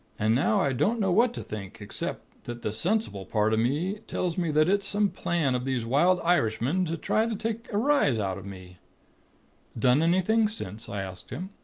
and now i don't know what to think except that the sensible part of me tells me that it's some plan of these wild irishmen to try to take a rise out of me done anything since i asked him.